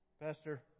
Pastor